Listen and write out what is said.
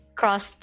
cross